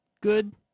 good